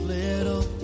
little